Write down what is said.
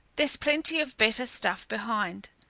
there's plenty of better stuff behind.